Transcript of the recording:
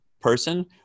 person